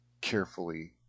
carefully